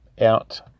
out